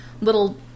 little